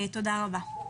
תודה רבה.